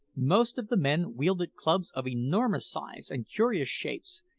most of the men wielded clubs of enormous size and curious shapes,